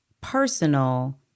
personal